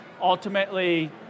ultimately